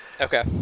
okay